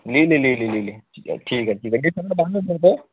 लिहिले लिहिले लिहिले ठीक आहे ठीक आहे